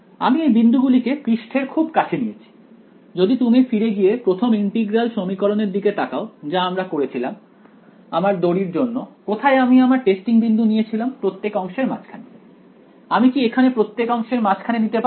আমি এই বিন্দুগুলি কে পৃষ্ঠের খুব কাছে নিয়েছি যদি তুমি ফিরে গিয়ে প্রথম ইন্টিগ্রাল সমীকরণের দিকে তাকাও যা আমরা করেছিলাম আমার দড়ির জন্য কোথায় আমি আমার টেস্টিং বিন্দু নিয়েছিলাম প্রত্যেক অংশের মাঝখানে আমি কি এখানে প্রত্যেক অংশের মাঝখানে নিতে পারি